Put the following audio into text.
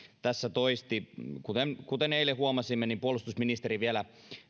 tässä toisti kuten kuten eilen huomasimme niin puolustusministeri vielä